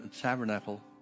tabernacle